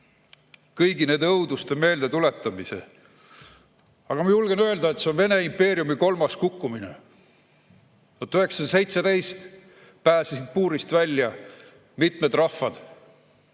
kõigi nende õuduste meeldetuletamise. Aga ma julgen öelda, et see on Vene impeeriumi kolmas kukkumine. 1917 pääsesid puurist välja mitmed rahvad.